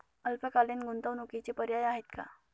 अल्पकालीन गुंतवणूकीचे पर्याय आहेत का?